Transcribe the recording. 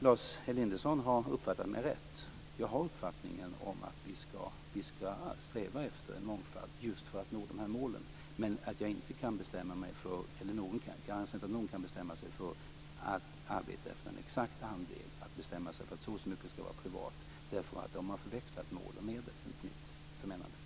Lars Elinderson har alltså uppfattat mig rätt. Jag har uppfattningen att vi skall sträva efter en mångfald just för att nå de här målen. Men jag kan inte - och jag anser inte att någon kan det - bestämma mig för att arbeta efter en exakt andel och säga att så och så mycket skall vara privat, därför att då har man förväxlat mål och medel enligt mitt förmenande.